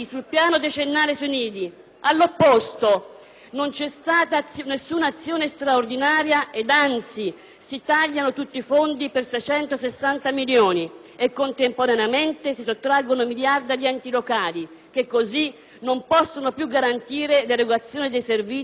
non c'è stata alcuna azione straordinaria ed anzi si tagliano tutti i fondi per 660 milioni e contemporaneamente si sottraggono miliardi agli enti locali, che così non possono più garantire l'erogazione dei servizi e l'aiuto alle persone e alle famiglie in difficoltà.